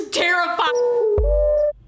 terrified